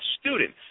students